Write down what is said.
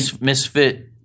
Misfit